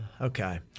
Okay